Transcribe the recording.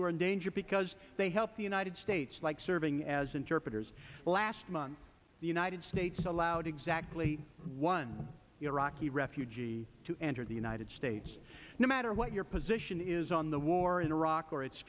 who are in danger because they helped the united states like serving as interpreters last month the united states allowed exactly one year rockey refugee to enter the united states no matter what your position is on the war in iraq or it